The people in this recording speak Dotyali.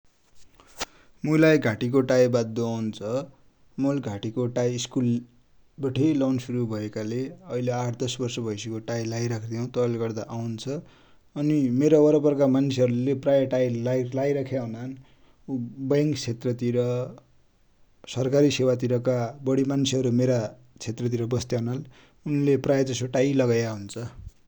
मुइलाइ घाटी को टाइ बाद्दु आउन्छ । मुइले घाटी को टाइ स्कुल बठे लौनु सुरु भ​एकाले ऐले आठ दश बर्स भयो टाइ लाइराख्या छौ तै ले गर्दा औन्छ । अनि मेरा वरपरका मान्छे हरु ले प्राय टाइ लाइ राख्या हुनान, बैन्क क्षेत्र तिर, सरकारि सेवा तिर का बडी मान्छे हरु मेरा क्षेत्र तिर बस्ते हुनाले उनले प्रायजसो टाइ लगाया हुन्छ ।